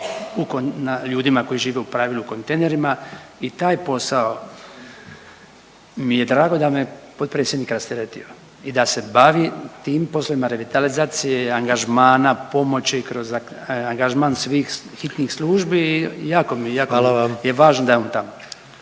ljudima koji žive u pravilu u kontejnerima i taj posao mi je drago da me potpredsjednik rasteretio i da se bavi tim poslovima revitalizacije i angažmana, pomoći kroz angažman svih hitnih službi i jako mi je jako …/Upadica